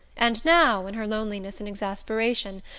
and now, in her loneliness and exasperation,